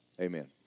Amen